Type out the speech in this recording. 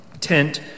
tent